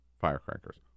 firecrackers